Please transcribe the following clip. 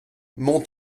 mons